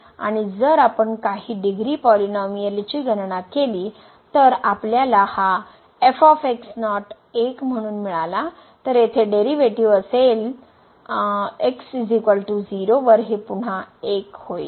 आणि जर आपण काही degree पॉलिनोमिअलची गणना केली तर आपल्याला हा f १ म्हणून मिळाला तर येथे व्युत्पन्न असेल तर डेरिव्हेटिव्ह आधी असेल तर x 0 वर हे पुन्हा 1 होईल